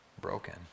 broken